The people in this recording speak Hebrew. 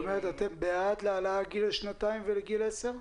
זאת אומרת, אתם בעד העלאת הגיל לשנתיים ולגיל 10?